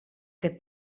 que